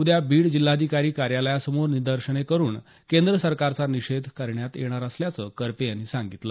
उद्या बीड जिल्हाधिकारी कार्यालयासमोर निदर्शने करून केंद्र सरकारचा निषेध करण्यात येणार असल्याचं करपे यांनी सांगितलं